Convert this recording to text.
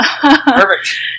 Perfect